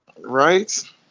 Right